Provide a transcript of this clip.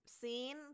scene